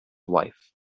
wife